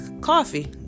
coffee